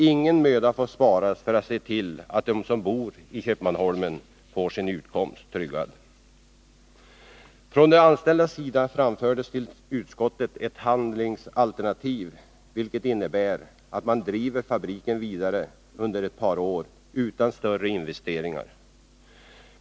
Ingen möda får sparas för att se till att de som bor i Köpmanholmen får sin utkomst tryggad. Från de anställdas sida framfördes till utskottet ett handlingsalternativ, vilket innebär att man skulle driva fabriken vidare under ett par år utan större investeringar.